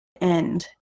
end